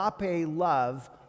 love